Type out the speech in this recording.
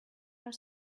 are